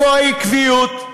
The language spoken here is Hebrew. איפה העקביות?